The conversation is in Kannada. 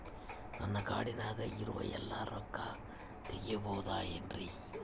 ನನ್ನ ಕಾರ್ಡಿನಾಗ ಇರುವ ಎಲ್ಲಾ ರೊಕ್ಕ ತೆಗೆಯಬಹುದು ಏನ್ರಿ?